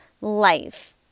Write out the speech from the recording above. life